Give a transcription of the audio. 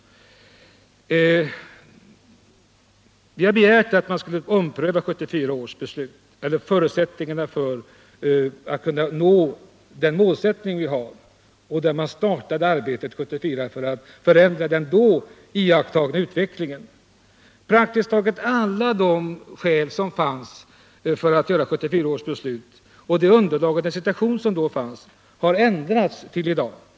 Vi har begärt att man skulle ompröva förutsättningarna för att förverkliga den målsättning vi har; arbetet med att förändra den iakttagna utvecklingen startade ju 1974. Praktiskt taget hela det underlag som förelåg för 1974 års beslut har ändrats till i dag.